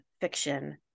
fiction